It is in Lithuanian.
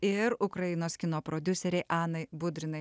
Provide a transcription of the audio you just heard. ir ukrainos kino prodiuserei anai budrinai